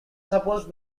supposed